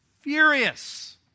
furious